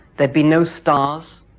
there'd be no stars,